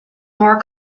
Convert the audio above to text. more